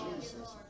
Jesus